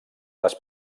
les